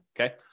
Okay